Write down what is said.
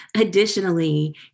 Additionally